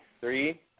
three